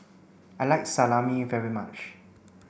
I like Salami very much